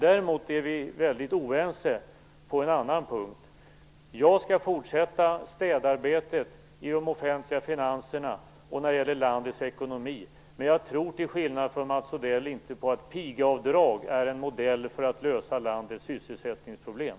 Däremot är vi väldigt oense på en annan punkt. Jag skall fortsätta städarbetet i de offentliga finanserna och när det gäller landets ekonomi, men jag tror till skillnad från Mats Odell inte på att pigavdrag är en modell för att lösa landets sysselsättningsproblem.